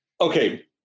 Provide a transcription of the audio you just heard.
okay